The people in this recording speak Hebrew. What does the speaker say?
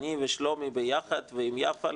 אני ושלומי וביחד ועם יפה,